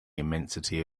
immensity